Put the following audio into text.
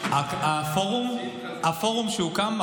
הפורום שהוקם,